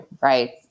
Right